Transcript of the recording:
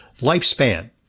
lifespan